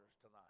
tonight